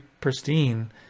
pristine